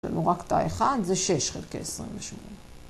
יש לנו רק את ה-1, זה 6 חלקי 28